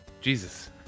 Jesus